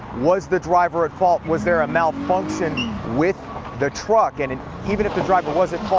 was the driver at fault? was there a malfunction with the truck and and even if the driver was at fault,